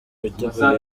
ibitego